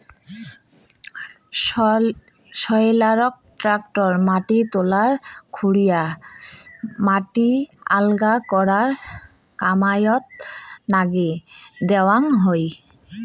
সয়েলারক tractor মাটি তলা খুরিয়া মাটি আলগা করার কামাইয়ত নাগে দ্যাওয়াং হই